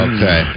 Okay